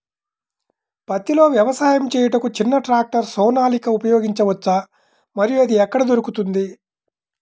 పత్తిలో వ్యవసాయము చేయుటకు చిన్న ట్రాక్టర్ సోనాలిక ఉపయోగించవచ్చా మరియు అది ఎక్కడ దొరుకుతుంది?